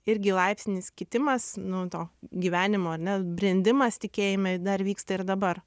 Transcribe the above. irgi laipsninis kitimas nu to gyvenimo ar ne brendimas tikėjime dar vyksta ir dabar